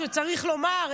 שצריך לומר,